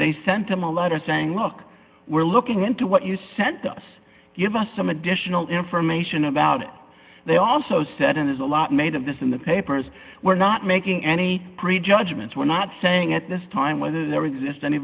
they sent him a letter saying look we're looking into what you sent to us give us some additional information about it they also said and there's a lot made of this in the papers were not me any prejudgments we're not saying at this time whether there exist any